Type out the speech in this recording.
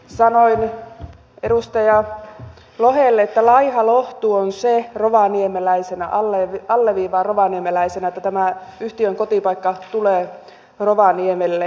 sanoin edustaja lohelle että laiha lohtu on se rovaniemeläisenä alleviivaan rovaniemeläisenä että tämä yhtiön kotipaikka tulee rovaniemelle